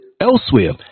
elsewhere